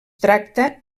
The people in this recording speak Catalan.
tracta